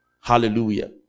Hallelujah